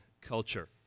culture